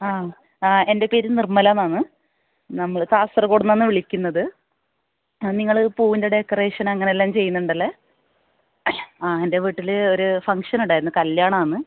ആ എൻ്റെ പേര് നിർമല എന്നാണ് നമ്മൾ കാസർഗോഡ് നിന്നാണ് വിളിക്കുന്നത് നിങ്ങൾ പൂവിൻ്റെ ഡെക്കറേഷൻ ചെയ്യുന്നുണ്ടല്ലെ ആ എൻ്റെ വീട്ടിൽ ഒരു ഫംങ്ഷൻ ഉണ്ടായിരുന്നു കല്യാണമാണ്